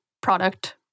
product